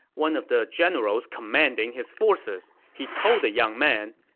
one of the generals commanding his forces. he told the young man,